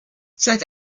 seit